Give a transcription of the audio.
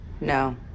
No